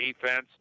defense